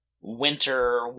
winter